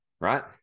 right